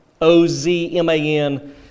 O-Z-M-A-N